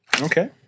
Okay